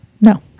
No